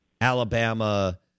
Alabama